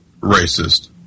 racist